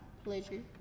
pleasure